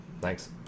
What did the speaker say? Thanks